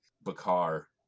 Bakar